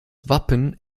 wappen